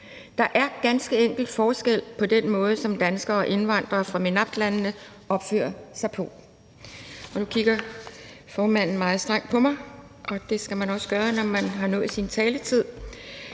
Der er ganske enkelt forskel på den måde, som danskere og indvandrere fra MENAPT-landene opfører sig på. Og nu kigger formanden meget strengt på mig, og det skal man også gøre, når taletiden er nået.